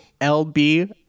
lb